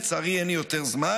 לצערי אין לי יותר זמן,